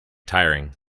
tiring